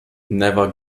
never